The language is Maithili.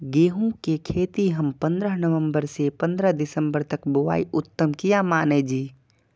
गेहूं के खेती हम पंद्रह नवम्बर से पंद्रह दिसम्बर तक बुआई उत्तम किया माने जी?